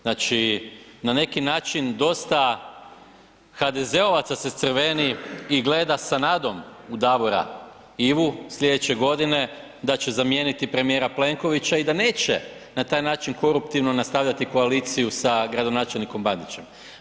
Znači, na neki način dosta HDZ-ovaca se crveni gleda sa nadom u Davora Ivu slijedeće godine da će zamijeniti premijera Plenkovića i da neće na taj način koruptivno nastavljati koaliciju sa gradonačelnikom Bandićem.